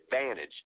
advantage